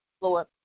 Lord